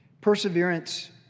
Perseverance